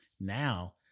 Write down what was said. Now